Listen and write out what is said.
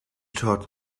taught